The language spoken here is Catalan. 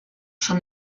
són